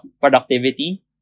productivity